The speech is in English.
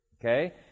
Okay